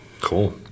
cool